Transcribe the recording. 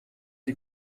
die